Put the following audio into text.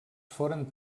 foren